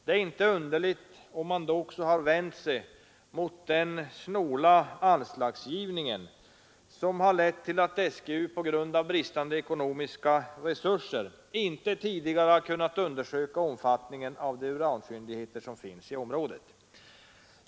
Det är inte underligt om man då också har vänt sig mot den snåla anslagsgivningen som har lett till att SGU på grund av bristande ekonomiska resurser inte tidigare har kunnat undersöka omfattningen av de uranfyndigheter som finns i området.